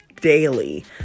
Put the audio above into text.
daily